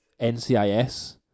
NCIS